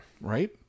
Right